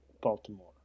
Baltimore